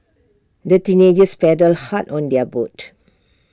the teenagers paddled hard on their boat